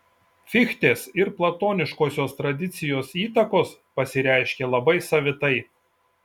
fichtės ir platoniškosios tradicijos įtakos pasireiškė labai savitai